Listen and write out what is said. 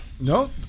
No